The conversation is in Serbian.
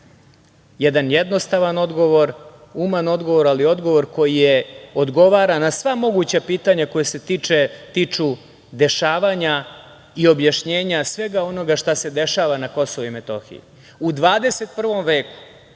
Jedan jednostavan odgovor, human odgovor, ali odgovor koji odgovara na sva moguća pitanja koja se tiču dešavanja i objašnjenja svega onoga šta se dešava na KiM.U 21. veku,